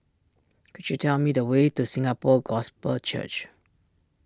could you tell me the way to Singapore Gospel Church